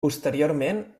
posteriorment